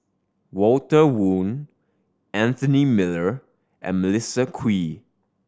Walter Woon Anthony Miller and Melissa Kwee